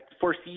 foresee